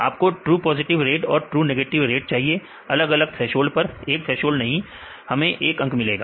आपको true positive rate और true negative rate चाहिए अलग अलग थ्रेसोल्ड पर एक थ्रेसोल्ड नहीं हमें एक अंक मिलेगा